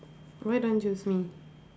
why don't want choose me